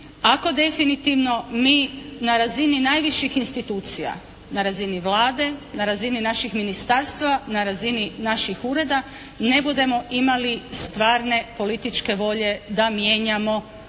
ako definitivno mi na razini najviših institucija, na razini Vlade, na razini naših ministarstva, na razini naših ureda ne budemo imali stvarne političke volje da mijenjamo,